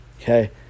Okay